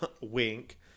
Wink